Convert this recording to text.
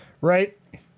right